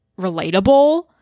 relatable